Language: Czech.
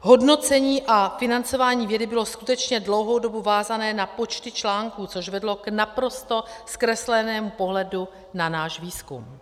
Hodnocení a financování vědy bylo skutečně dlouhou dobu vázané na počty článků, což vedlo k naprosto zkreslenému pohledu na náš výzkum.